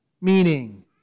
meaning